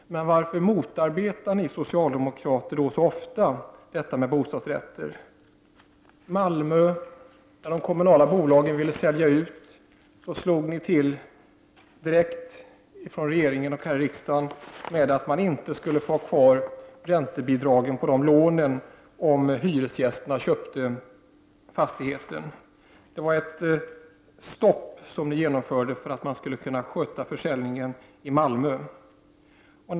Men varför motarbetar socialdemokraterna då så ofta det som har med bostadsrätter att göra? När de kommunala bolagen i Malmö ville sälja ut lägenheter slog socialdemokraterna till direkt, både i regeringen och i riksdagen, och bestämde att statsbidragen inte skulle få vara kvar på lånen för dessa fastigheter om hyresgästerna köpte fastigheten. Socialdemokraterna satte stopp för försäljningen i Malmö.